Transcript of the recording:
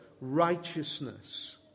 righteousness